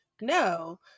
no